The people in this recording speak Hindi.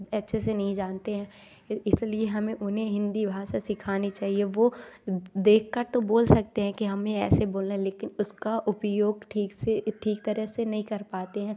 अच्छे से नहीं जानते हैं इसलिए हमें उन्हें हिंदी भाषा सीखानी चाहिए वह देख कर तो बोल सकते हैं कि हमें ऐसे बोलना है लेकिन उसका उपयोग ठीक से ठीक तरह से नहीं कर पाते हैं